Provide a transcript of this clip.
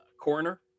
coroner